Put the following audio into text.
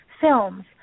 films